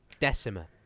Decima